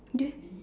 do y~